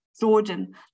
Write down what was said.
Jordan